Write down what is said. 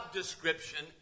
description